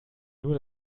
nur